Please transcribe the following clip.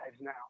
now